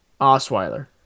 osweiler